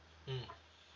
mmhmm